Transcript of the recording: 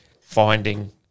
finding